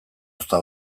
ozta